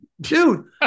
Dude